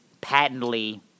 patently